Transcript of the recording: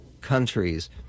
countries